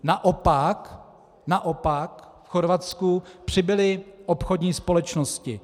Naopak v Chorvatsku přibyly obchodní společnosti.